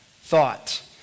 thought